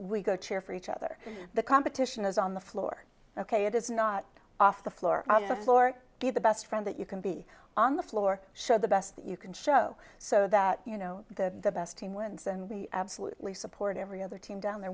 we go cheer for each other the competition is on the floor ok it is not off the floor on the floor get the best friend that you can be on the floor show the best you can show so that you know the best team wins and we absolutely support every other team down there